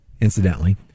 Incidentally